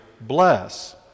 bless